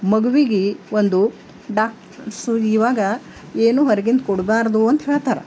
ಮಗುವಿಗೆ ಒಂದು ಡಾಕ್ರಸ್ಸು ಇವಾಗ ಏನೂ ಹೊರಗಿಂದ ಕೊಡ್ಬಾರ್ದು ಅಂತ ಹೇಳ್ತಾರೆ